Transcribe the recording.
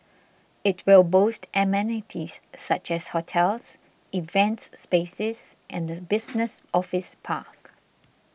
it will boast amenities such as hotels events spaces and a business office park